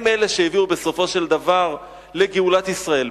הם אלה שהביאו בסופו של דבר לגאולת ישראל.